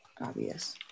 obvious